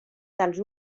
dels